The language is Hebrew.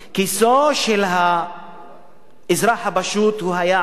כיסו של האזרח הפשוט הוא היעד